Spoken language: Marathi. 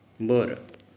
बरं